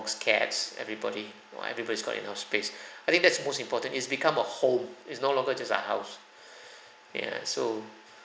house cats everybody you know everybody's got enough space I think that's the most important it's become a home it's no longer just a house ya so